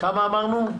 כמה אמרנו?